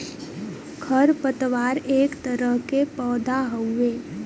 खर पतवार एक तरह के पौधा हउवे